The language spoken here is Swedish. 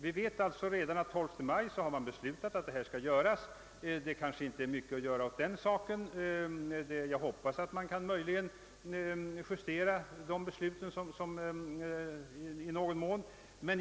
Vi vet alltså redan att man har beslutat att en stor indragning skall göras den 12 maj. Det är kanske inte mycket att göra åt den saken. Jag hoppas att man möjligen kan justera besluten i någon mån.